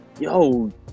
yo